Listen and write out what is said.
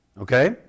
Okay